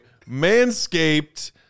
manscaped